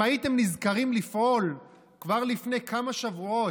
אם הייתם נזכרים לפעול כבר לפני כמה שבועות,